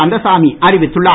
கந்தசாமி அறிவித்துள்ளார்